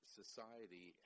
society